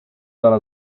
dalla